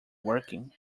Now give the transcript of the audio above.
working